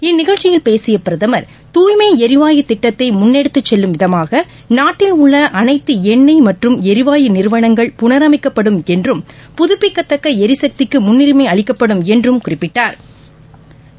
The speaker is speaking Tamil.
இந்நிகழ்ச்சியில் பேசிய பிரதமர் துய்மை ளரிவாயு திட்டத்தை முன்னெடுத்து செல்லும் விதமாக நாட்டில் உள்ள அனைத்து எண்ணெய் மற்றும் எரிவாயு நிறுவனங்கள் புளரணமக்கப்படும் என்றும் புதுப்பிக்கத்தக்க ளரிசக்திக்கு முன்னுரிமை அளிக்கப்படும் என்றும் குறிப்பிட்டாா்